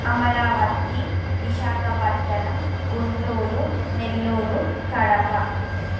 Amaravati Visakhapatnam Guntur Nellore Kadapa